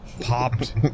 popped